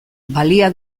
balia